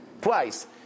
twice